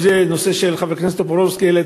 למשל הנושא שחבר הכנסת טופורובסקי העלה,